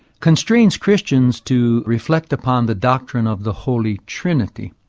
constrains christians to reflect upon the doctrine of the holy trinity.